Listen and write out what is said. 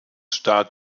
stark